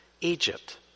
Egypt